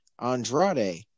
Andrade